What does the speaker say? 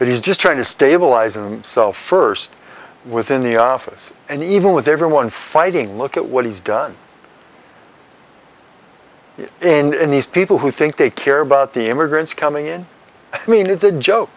but he's just trying to stabilize and sell first within the office and even with everyone fighting look at what he's done and these people who think they care about the immigrants coming in i mean it